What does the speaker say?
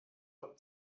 job